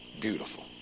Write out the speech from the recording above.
beautiful